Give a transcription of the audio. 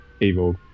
evil